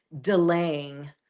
delaying